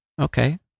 Okay